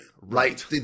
right